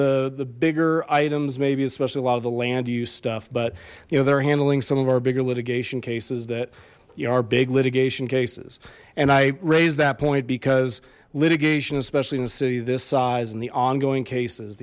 the bigger items maybe especially a lot of the land use stuff but you know they're handling some of our bigger litigation cases that are big litigation cases and i raise that point because litigation especially in the city of this size and the ongoing cases